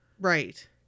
right